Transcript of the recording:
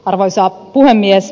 arvoisa puhemies